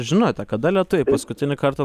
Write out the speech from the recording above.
žinote kada lietuviai paskutinį kartą